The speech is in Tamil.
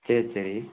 சரி சரி